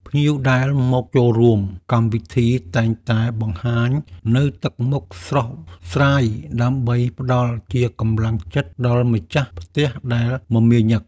ភ្ញៀវដែលមកចូលរួមកម្មវិធីតែងតែបង្ហាញនូវទឹកមុខស្រស់ស្រាយដើម្បីផ្តល់ជាកម្លាំងចិត្តដល់ម្ចាស់ផ្ទះដែលមមាញឹក។